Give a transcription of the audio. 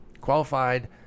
qualified